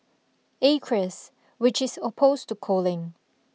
Acres which is opposed to culling